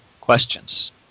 questions